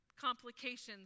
complications